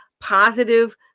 positive